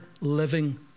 living